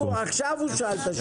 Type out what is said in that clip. עכשיו הוא שאל את השאלה.